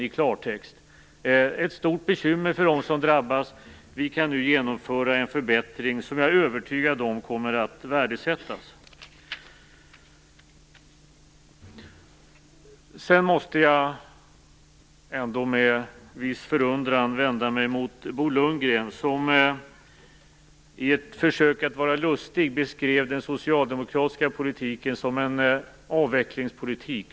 Det är ett stort bekymmer för dem som drabbas. Vi kan nu genomföra en förbättring som jag är övertygad om kommer att värdesättas. Sedan måste jag med viss förundran vända mig mot Bo Lundgren, som i ett försök att vara lustig beskrev den socialdemokratiska politiken som en avvecklingspolitik.